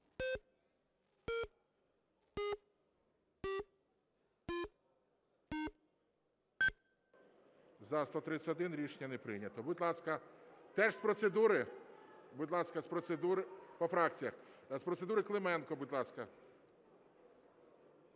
За-131 Рішення не прийнято. Будь ласка. Теж з процедури? Будь ласка, з процедури… По фракціях. З процедури Клименко, будь ласка.